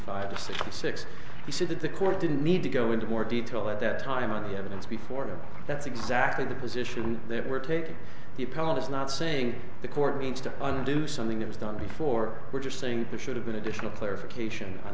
five sixty six he said that the court didn't need to go into more detail at that time on the evidence before and that's exactly the position that we're taking the appellant is not saying the court needs to do something it's done before we're just saying there should have been additional clarification on